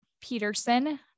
Peterson